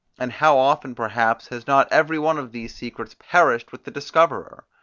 and how often perhaps has not every one of these secrets perished with the discoverer?